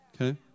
Okay